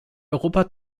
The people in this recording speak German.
europa